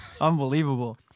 unbelievable